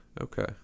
Okay